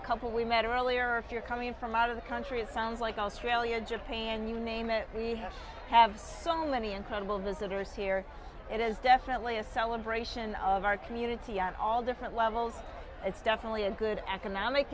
the couple we met earlier if you're coming from out of the country it sounds like australia japan you name it we have have so many incredible visitors here it is definitely a celebration of our community and all different levels it's definitely a good economic